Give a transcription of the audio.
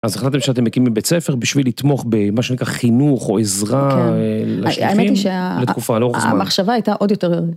אז החלטתם שאתם מקימים בית ספר בשביל לתמוך במה שנקרא חינוך או עזרה. כן, לשליחים? האמת היא, לתקופה לאורך זמן, שהמחשבה הייתה עוד יותר...